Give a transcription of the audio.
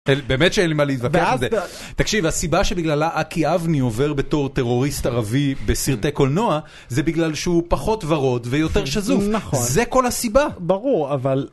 באמת שאין לי מה להתווכח את זה, תקשיב הסיבה שבגללה אקי אבני עובר בתור טרוריסט ערבי בסרטי קולנוע זה בגלל שהוא פחות ורוד ויותר שזוף, זה כל הסיבה. ברור אבל...